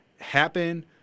happen